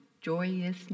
joyousness